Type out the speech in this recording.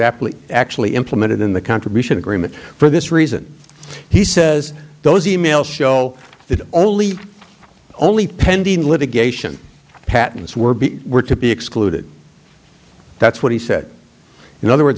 apple actually implemented in the contribution agreement for this reason he says those e mails show that only only pending litigation patents were were to be excluded that's what he said in other words